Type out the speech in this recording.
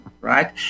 right